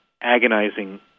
agonizing